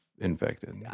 infected